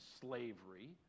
slavery